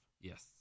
Yes